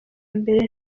mbere